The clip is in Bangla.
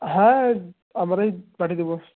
হ্যাঁ আমরাই পাঠিয়ে দেব